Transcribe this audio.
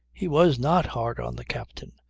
he was not hard on the captain.